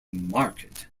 marked